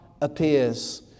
appears